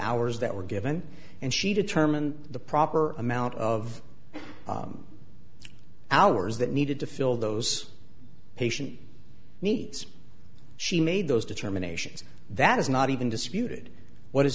hours that were given and she determined the proper amount of hours that needed to fill those patient needs she made those determinations that is not even disputed what is